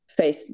Facebook